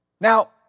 Now